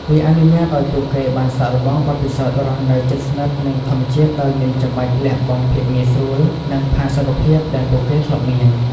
វាអនុញ្ញាតឲ្យពួកគេបានសាកល្បងបទពិសោធន៍រស់នៅជិតស្និទ្ធនឹងធម្មជាតិដោយមិនចាំបាច់លះបង់ភាពងាយស្រួល និងផាសុកភាពដែលពួកគេធ្លាប់មាន។